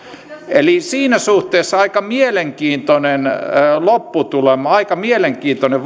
eli siinä suhteessa aika mielenkiintoinen lopputulema aika mielenkiintoinen